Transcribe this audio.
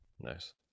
Nice